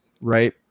Right